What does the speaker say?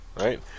right